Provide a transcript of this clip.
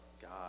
God